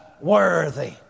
worthy